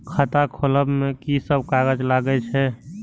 खाता खोलब में की सब कागज लगे छै?